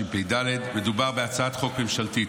אדוני היושב-ראש, חבריי חברי הכנסת,